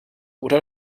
oder